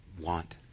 want